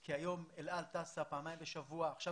כי היום אל על טסה פעמיים בשבוע ועכשיו